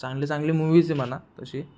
चांगले चांगले मूवीज आहे म्हणा तसे